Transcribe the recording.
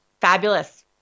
fabulous